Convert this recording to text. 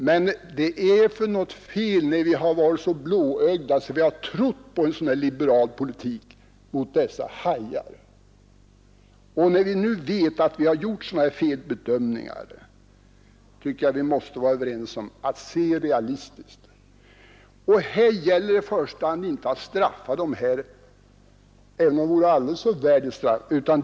Men det är väl något fel när vi varit så blåögda att vi trott på en liberal politik mot dessa hajar. När vi nu vet att vi gjort sådana här felbedömningar så måste vi vara överens om att se realistiskt på saken i fortsättningen. Här gäller det inte i första hand att straffa dessa brottslingar — även om de vore aldrig så väl värda ett straff.